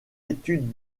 études